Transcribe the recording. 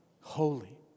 holy